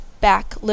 back